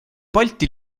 balti